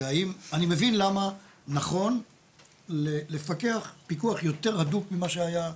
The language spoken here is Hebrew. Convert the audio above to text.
אני מבין למה נכון לפקח פיקוח יותר הדוק ממה שהיה,